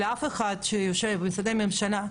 לאף אחד שיושב במשרדי הממשלה,